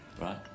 right